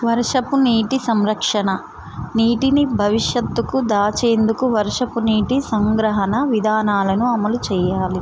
వర్షపు నీటి సంరక్షణ నీటిని భవిష్యత్తుకు దాచేందుకు వర్షపు నీటి సంగ్రహణ విధానాలను అమలు చేయాలి